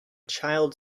child